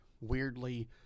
weirdly